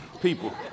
People